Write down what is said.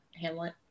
hamlet